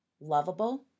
lovable